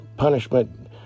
punishment